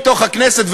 מתוך הכנסת,